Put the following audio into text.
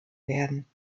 werden